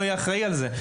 שלא אהיה אחראי על זה.